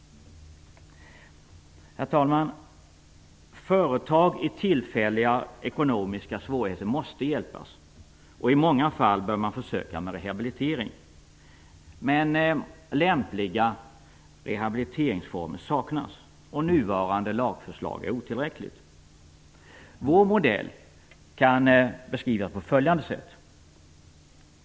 Herr talman! Företag i tillfälliga ekonomiska svårigheter måste hjälpas, och i många fall bör man försöka med rehabilitering. Men lämpliga rehabiliteringsformer saknas, och nuvarande lagförslag är otillräckligt. Vår modell kan beskrivas på följande sätt.